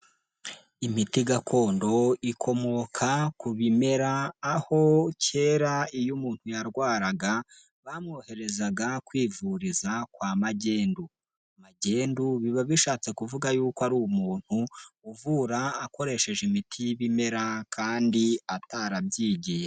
Imiti gakondo ikomoka ku bimera, aho kera iyo umuntu yarwaraga bamwoherezaga kwivuriza kwa magendu, magendu biba bishatse kuvuga y'uko ari umuntu uvura akoresheje imiti y'ibimera kandi atarabyigiye.